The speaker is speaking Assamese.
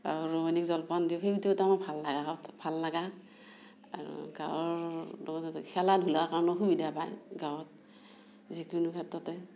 আৰু দৈনিক জলপান দিওঁ সেইটো এটা মোৰ ভাল লগা ভাল লগা আৰু গাঁৱৰ লগতে খেলা ধূলাৰ কাৰণে সুবিধা পায় গাঁৱত যিকোনো ক্ষেত্ৰতে